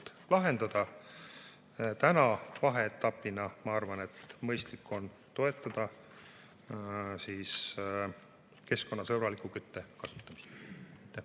lahendada. Täna ma vaheetapina arvan, et mõistlik on toetada keskkonnasõbraliku kütte kasutamist.